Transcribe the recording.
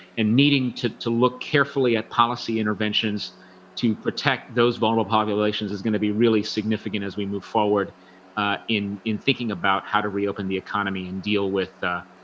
and needing to to look carefully at policy interventions to protect those vulnerable populations is going to be really significant as we move forward in in thinking about how to reopen the economy and deal with ah,